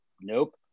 nope